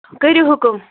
کٔرِو حکم